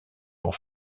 pour